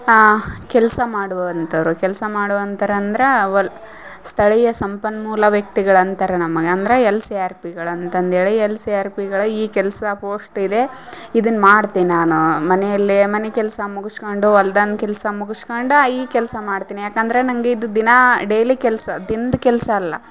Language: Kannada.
ಆ ಕೆಲಸ ಮಾಡುವಂತವರು ಕೆಲಸ ಮಾಡುವಂತರು ಅಂದ್ರ ವಲ್ ಸ್ಥಳೀಯ ಸಂಪನ್ಮೂಲ ವ್ಯಕ್ತಿಗಳಂತಾರ ನಮಗೆ ಅಂದರೆ ಎಲ್ ಸಿ ಆರ್ ಪಿಗಳು ಅಂತಂದೇಳಿ ಎಲ್ ಸಿ ಆರ್ ಪಿಗಳ ಈ ಕೆಲಸ ಪೋಸ್ಟ್ ಇದೆ ಇದನ್ನು ಮಾಡ್ತಿ ನಾನು ಮನೆಯಲ್ಲಿ ಮನೆ ಕೆಲಸ ಮುಗಸ್ಕಂಡು ಹೊಲ್ದನ್ ಕೆಲಸ ಮುಗಸ್ಕಂಡು ಈ ಕೆಲಸ ಮಾಡ್ತೀನಿ ಯಾಕಂದರೆ ನಂಗೆ ಇದು ದಿನಾ ಡೈಲಿ ಕೆಲಸ ದಿನದ ಕೆಲಸ ಅಲ್ಲ